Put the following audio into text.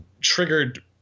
triggered